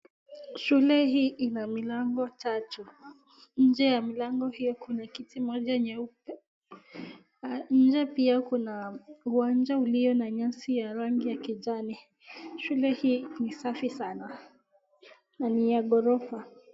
Shule hii ina milango tatu, nje ya mlango hiyo kuna kiti moja nyeupe , nje pia kuna uwanja ulio na nyasi ya rangi ya kijani. Shule hii ni safi sana na ni ya ghorofa.